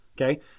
Okay